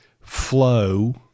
flow